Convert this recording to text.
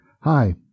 Hi